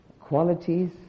qualities